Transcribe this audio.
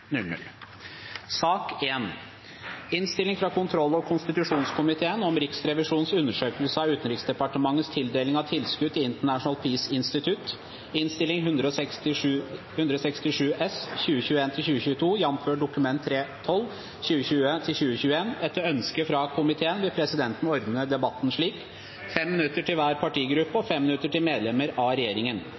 sak nr. 10. Etter ønske fra komiteen vil presidenten ordne debatten slik: 3 minutter til hver partigruppe og 3 minutter til medlemmer av regjeringen.